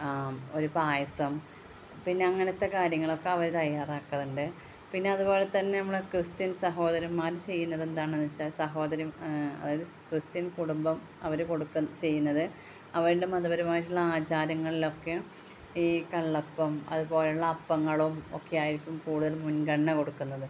ഒരു പായസം പിന്നെ അങ്ങനത്തെ കാര്യങ്ങളൊക്കെ അവർ തയ്യാറാക്കുന്നുണ്ട് പിന്നെ അതുപോലെ തന്നെ നമ്മളെ ക്രിസ്ത്യൻ സഹോദരന്മാർ ചെയ്യുന്നതെന്താണെന്ന് വച്ചാൽ സഹോദരി അതായത് ക്രിസ്ത്യൻ കുടുംബം അവർ കൊടുത്തത് ചെയ്യുന്നത് അവരുടെ മതപരമായിട്ടുള്ള ആചാരങ്ങളിലൊക്കെ ഈ കള്ളപ്പം അതുപോലെയുള്ള അപ്പങ്ങളും ഒക്കെയായിരിക്കും കൂടുതൽ മുൻഗണന കൊടുക്കുന്നത്